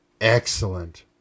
Excellent